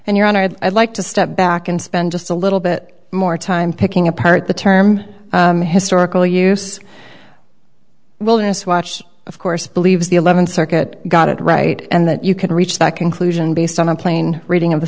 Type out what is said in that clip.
and your honor i'd like to step back and spend just a little bit more time picking apart the term historical use wilderness watch of course believes the eleventh circuit got it right and that you can reach that conclusion based on a plain reading of the